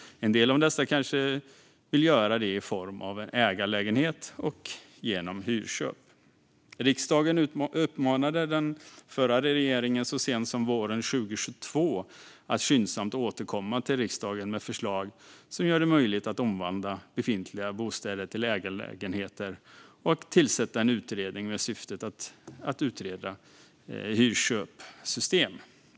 En del av dessa kanske vill göra det i form av ägarlägenhet och genom hyrköp. Riksdagen uppmanade den förra regeringen så sent som våren 2022 att skyndsamt återkomma till riksdagen med förslag som gör det möjligt att omvandla befintliga bostäder till ägarlägenheter och att tillsätta en utredning med syftet att utreda ett hyrköpsystem.